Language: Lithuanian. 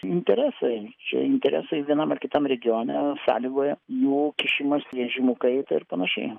interesai čia interesai vienam ar kitam regione sąlygoja jų kišimąsis režimų kaita ir panašiai